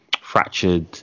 fractured